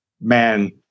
man